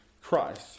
Christ